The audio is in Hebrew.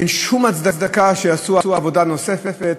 אין שום הצדקה שיעשו עבודה נוספת.